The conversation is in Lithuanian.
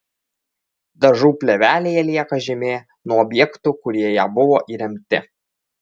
dažų plėvelėje lieka žymė nuo objektų kurie į ją buvo įremti